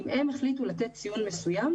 אז אם הם החליטו לתת ציון מסוים,